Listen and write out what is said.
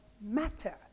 Matter